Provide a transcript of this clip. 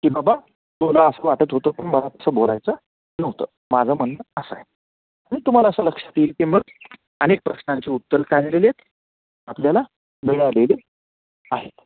की बाबा तुला असं वाटत होतं पण मला तसं बोलायचं नव्हतं माझं म्हणणं असं आहे तुम्हाला असं लक्षात येईल की मग अनेक प्रश्नाचे उत्तर आपल्याला मिळालेले आहेत